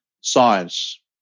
science